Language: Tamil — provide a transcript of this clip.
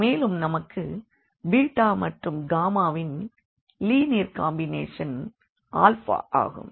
மேலும் நமக்கு மற்றும் ன் லீனியர் காம்பினேஷன் ஆகும்